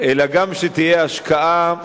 אלא גם שתהיה השקעה,